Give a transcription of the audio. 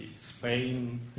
Spain